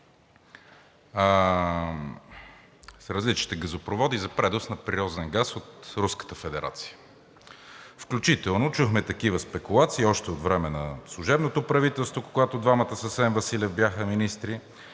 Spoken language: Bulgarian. с различните газопроводи за пренос на природен газ от Руската федерация. Включително чухме такива спекулации още от времето на служебното правителство, когато двамата с Асен Василев бяха министри,